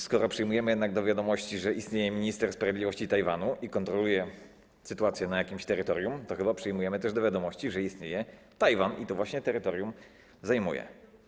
Skoro jednak przyjmujemy do wiadomości, że istnieje minister sprawiedliwości Tajwanu i kontroluje sytuację na jakimś terytorium, to chyba przyjmujemy też do wiadomości, że istnieje Tajwan i właśnie to terytorium zajmuje.